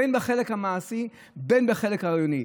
בין בחלק המעשי ובין בחלק הרעיוני.